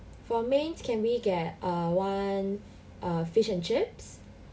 for main can we get err one err fish and chips